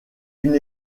une